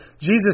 Jesus